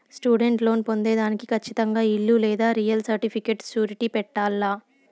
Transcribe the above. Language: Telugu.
స్టూడెంట్ లోన్ పొందేదానికి కచ్చితంగా ఇల్లు లేదా రియల్ సర్టిఫికేట్ సూరిటీ పెట్టాల్ల